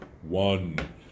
one